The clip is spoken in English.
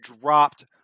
dropped